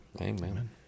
Amen